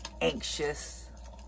anxious